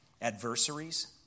Adversaries